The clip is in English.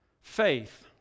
faith